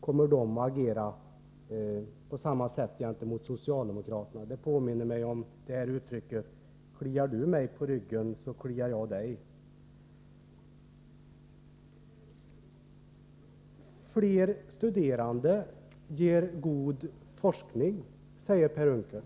att moderaterna kommer att agera på samma sätt gentemot socialdemokraterna. Det påminner mig om uttrycket ”kliar du mig på ryggen, så kliar jag dig”. Fler studerande ger god forskning, säger Per Unckel.